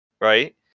Right